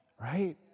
right